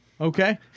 Okay